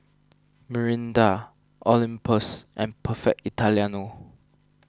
Mirinda Olympus and Perfect Italiano